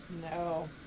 no